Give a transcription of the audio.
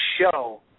show